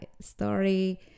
story